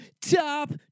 top